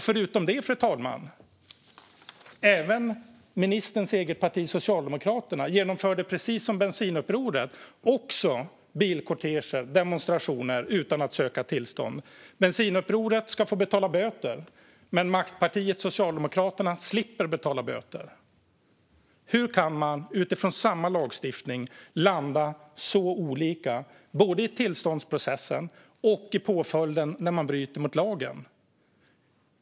Förutom det, fru talman, genomförde även ministerns eget parti, Socialdemokraterna, precis som Bensinupproret bilkorteger och demonstrationer utan att söka tillstånd. Bensinupproret ska få betala böter, men maktpartiet Socialdemokraterna slipper betala böter. Hur kan man utifrån samma lagstiftning landa så olika, både i fråga om tillståndsprocessen och i fråga om påföljden när någon bryter mot lagen?